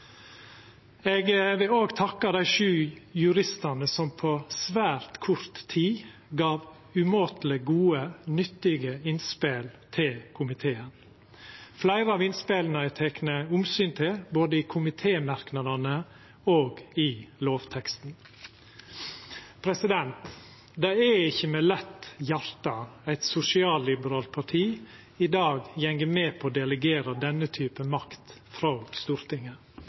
Eg vil òg takka dei sju juristane som på svært kort tid gav umåteleg gode og nyttige innspel til komiteen. Fleire av innspela er tekne omsyn til både i komitémerknadane og i lovteksten. Det er ikkje med lett hjarta eit sosialliberalt parti i dag går med på å delegera denne typen makt frå Stortinget